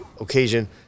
occasion